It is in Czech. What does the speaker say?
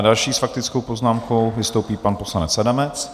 Další s faktickou poznámkou vystoupí pan poslanec Adamec.